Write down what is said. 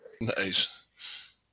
Nice